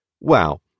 Wow